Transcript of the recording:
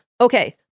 Okay